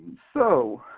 so,